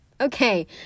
okay